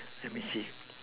let me see